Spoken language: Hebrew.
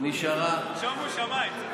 שומו שמיים.